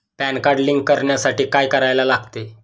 Pan card link करण्यासाठी काय करायला लागते?